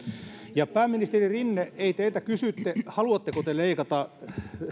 ja pääministeri rinne ei teiltä kysytty haluatteko te leikata